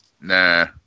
Nah